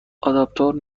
آداپتور